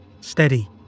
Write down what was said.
steady